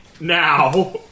Now